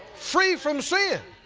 freed from sin.